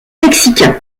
mexicain